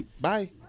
Bye